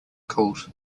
calls